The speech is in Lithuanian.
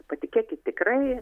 patikėkit tikrai